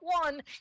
one